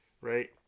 Right